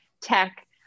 tech